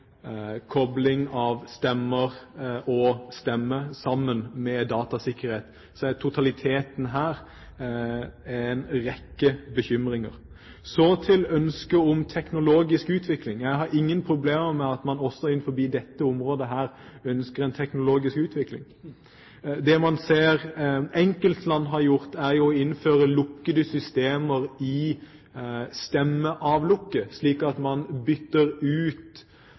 kobling av stemmer og stemme sammen med datasikkerhet. Totaliteten her er en rekke bekymringer. Så til ønsket om teknologisk utvikling. Jeg har ingen problemer med at man også innenfor dette området ønsker en teknologisk utvikling. Det man ser enkeltland har gjort, er å innføre lukkede systemer i stemmeavlukket, slik at man bytter ut